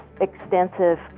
extensive